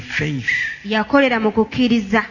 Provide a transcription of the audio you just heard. faith